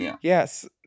Yes